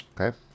okay